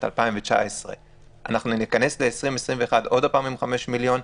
2019. אנחנו ניכנס ל-2021 עוד פעם עם 5 מיליון.